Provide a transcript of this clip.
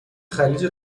خلیج